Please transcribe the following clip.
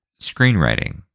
screenwriting